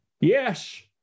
Yes